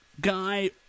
guy